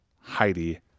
Heidi